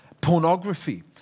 pornography